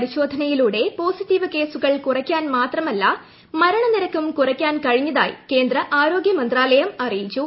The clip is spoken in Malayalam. പരിശോധനയിലൂടെ പോസിറ്റീവ് കേസുകൾ കുറയ്ക്കാൻ മാത്രമല്ല മരണനിരക്കും കുറയ്ക്കാൻ കഴിഞ്ഞതായി കേന്ദ്ര ആരോഗ്യ മന്ത്രാലയം അറിയിച്ചു